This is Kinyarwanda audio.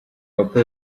papa